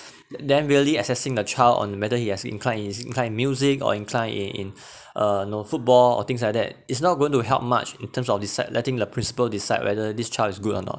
then really assessing the child on whether he has incline is inclined music or inclined in in uh know football or things like that it's not going to help much in terms of decide letting the principal decide whether this child is good or not